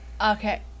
Okay